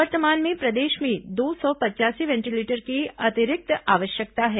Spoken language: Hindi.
वर्तमान में प्रदेश में दो सौ पचयासी वेंटीलेटर की अतिरिक्त आवश्यकता है